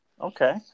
Okay